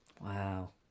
Wow